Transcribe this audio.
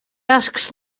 asks